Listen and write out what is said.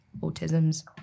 autism's